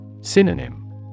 Synonym